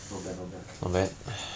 not bad not bad